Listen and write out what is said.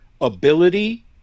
ability